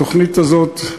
התוכנית הזאת,